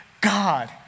God